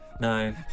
No